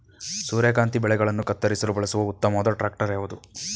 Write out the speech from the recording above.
ಸೂರ್ಯಕಾಂತಿ ಬೆಳೆಗಳನ್ನು ಕತ್ತರಿಸಲು ಬಳಸುವ ಉತ್ತಮವಾದ ಟ್ರಾಕ್ಟರ್ ಯಾವುದು?